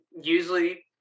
usually